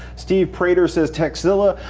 steve prater says, tekzilla,